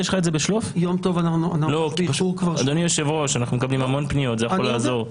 אנחנו מקבלים המון פניות, זה יכול לעזור.